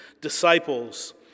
disciples